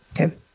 Okay